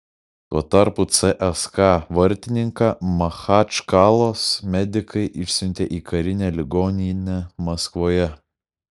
tuo tarpu cska vartininką machačkalos medikai išsiuntė į karinę ligoninę maskvoje